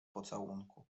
pocałunku